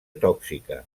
tòxica